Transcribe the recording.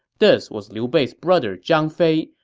this was liu bei's brother zhang fei,